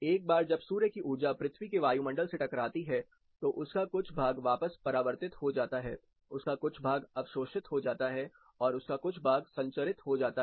एक बार जब सूर्य की ऊर्जा पृथ्वी के वायुमंडल से टकराती है तो उसका कुछ भाग वापस परावर्तित हो जाता है उसका कुछ भाग अवशोषित हो जाता है और उसका कुछ भाग संचरित हो जाता है